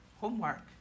homework